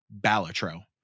balatro